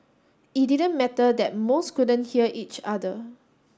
it didn't matter that most couldn't hear each other